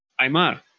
Aymar